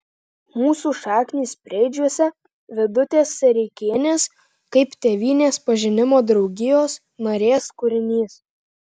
mūsų šaknys preidžiuose vidutės sereikienės kaip tėvynės pažinimo draugijos narės kūrinys